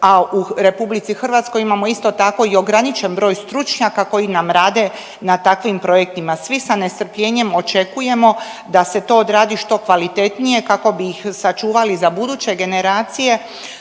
A u RH imamo isto tako i ograničen broj stručnjaka koji nam rade na takvim projektima. Svi sa nestrpljenjem očekujemo da se to odradi što kvalitetnije kako bi ih sačuvali za buduće generacije